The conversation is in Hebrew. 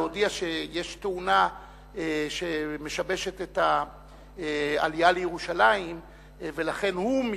יש תאונה שמשבשת את העלייה לירושלים ולכן הוא מתעכב.